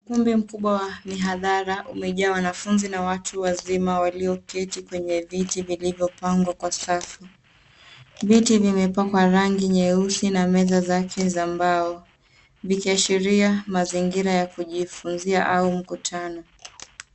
Ukumbi mkubwa wa mihadhara umejaa wanafunzi wa watu wazima waliyoketi kwenye viti vilivyopangwa kwa safu. Viti vimepakwa rangi nyeusi na meza zake za mbao vikiashiria mazingira ya kujifunzia au mkutano.